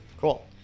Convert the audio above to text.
Cool